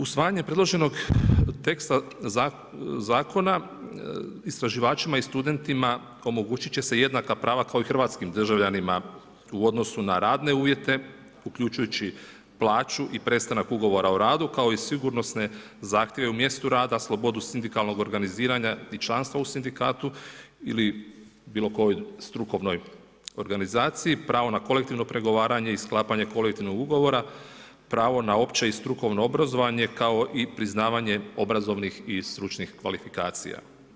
Usvajanje predloženog teksta Zakona istraživačima i studentima omogućiti će se jednaka prava kao i hrvatskim državljanima u odnosu na radne uvjete, uključujući plaću i prestanak ugovora o radu, kao i sigurnosne zahtjeve u mjestu rada, slobodu sindikalnog organiziranja i članstva u sindikatu ili bilo kojoj strukovnoj organizaciji, pravo na kolektivno pregovaranje i sklapanje kolektivnog ugovora, pravo na opće i strukovno obrazovanje, kao i priznavanje obrazovnih i stručnih kvalifikacija.